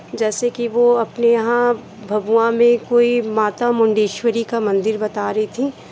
जैसे कि वो अपने यहाँ भगवा में कोई माता मुंडेश्वरी का मंदिर बता रही थी